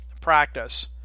practice